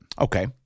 Okay